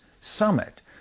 summit